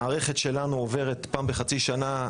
המשגיחות במערכת שלנו עוברות השתלמויות פעם בחצי שנה,